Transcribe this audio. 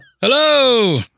Hello